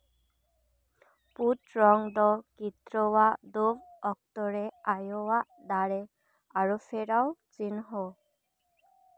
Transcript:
ᱯᱩᱸᱰ ᱨᱚᱝ ᱫᱚ ᱜᱤᱫᱽᱨᱟᱹᱣᱟᱜ ᱫᱚ ᱚᱠᱛᱚ ᱨᱮ ᱟᱭᱳᱣᱟᱜ ᱫᱟᱲᱮ ᱟᱹᱨᱩᱯᱷᱮᱨᱟᱣ ᱪᱤᱱᱦᱟᱹ